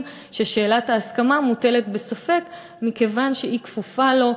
ששאלת ההסכמה מוטלת בספק מכיוון שהיא כפופה לו,